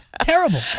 Terrible